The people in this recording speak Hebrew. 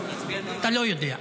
אתה לא יודע.